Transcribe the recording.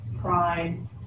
crime